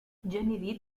johnny